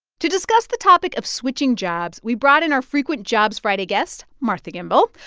to discuss the topic of switching jobs, we brought in our frequent jobs friday guest, martha gimbel.